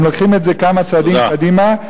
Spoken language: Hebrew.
הם לוקחים את זה כמה צעדים קדימה,